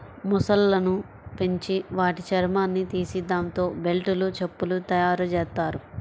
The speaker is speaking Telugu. మొసళ్ళను పెంచి వాటి చర్మాన్ని తీసి దాంతో బెల్టులు, చెప్పులు తయ్యారుజెత్తారు